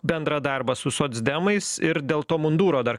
bendrą darbą su socdemais ir dėl to mundūro dar